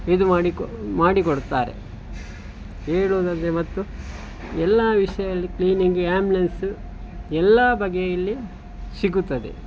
ಇದು ಮಾಡಿ ಕೊ ಮಾಡಿ ಕೊಡುತ್ತಾರೆ ಹೇಳುದಂದ್ರೆ ಮತ್ತು ಎಲ್ಲ ವಿಷಯಲ್ಲಿ ಕ್ಲೀನಿಂಗ್ ಆ್ಯಂಬುಲೆನ್ಸ್ ಎಲ್ಲ ಬಗೆ ಇಲ್ಲಿ ಸಿಗುತ್ತದೆ